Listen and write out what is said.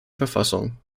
verfassung